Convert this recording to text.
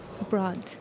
Abroad